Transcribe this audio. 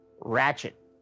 Ratchet